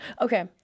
okay